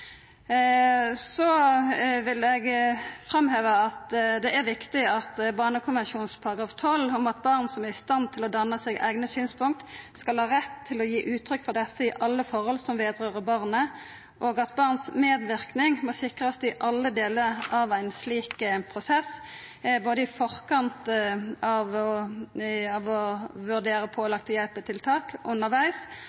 Så vil eg framheva som viktig Barnekonvensjonens artikkel 12 om at barn som er i stand til å danna seg eigne synspunkt, skal ha rett til å gi uttrykk for dette i alle høve som gjeld barnet, og at barns medverknad må sikrast i alle delar av ein slik prosess, både i forkant av å vurdera pålagde hjelpetiltak undervegs, og i etterkant av